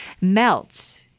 melt